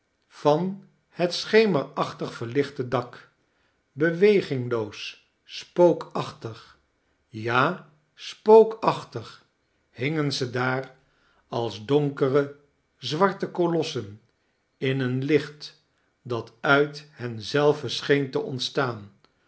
van het schemerachtig verlichte dak bewegingloos spopkachtig ja spookachtig hingen zij daar als donkere zwarte kolossen in een licht dat uit hen zelve scheen te ontstaan